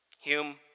Hume